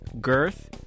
girth